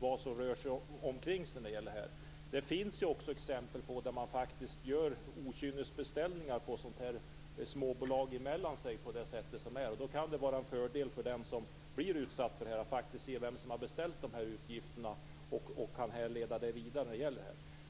vad som rör sig omkring det här. Det finns också exempel på att småbolag emellan sig faktiskt gör okynnesbeställningar av upplysningar med det sätt som gäller. Då kan det vara en fördel för den som blir utsatt för undersökningen att faktiskt se vem som har beställt de här uppgifterna så att man kan härleda detta.